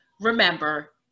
Remember